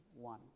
one